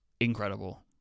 incredible